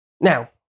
Now